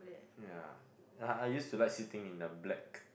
ya I used to like sitting in a black